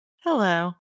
Hello